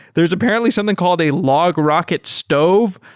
there's apparently something called a logrocket stove.